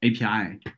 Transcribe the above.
API